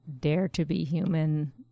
dare-to-be-human